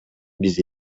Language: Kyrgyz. биз